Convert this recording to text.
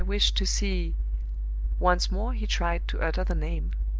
i wished to see once more he tried to utter the name,